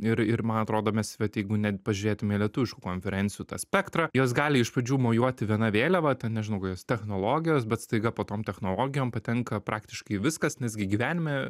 ir ir man atrodo mes vat jeigu net pažiūrėtume į lietuviškų konferencijų tą spektrą jos gali iš pradžių mojuoti viena vėliava ten nežinau kokios technologijos bet staiga po tom technologijom patenka praktiškai viskas nes gi gyvenime